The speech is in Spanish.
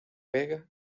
vega